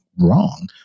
wrong